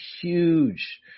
huge